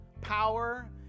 power